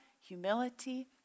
humility